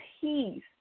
peace